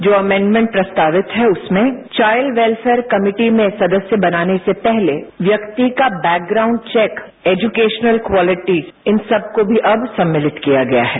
जो अनेन्डमेन्ट प्रस्तावित है उसमें चाइल्ड वैल्फेयर कमिटी में सदस्य बनाने से पहले व्यक्ति का बैकग्राउंड चौक एज्युकेशनल क्वालिटीज इन सबको भी अब सम्मिलित किया गया है